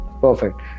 Perfect